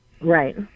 Right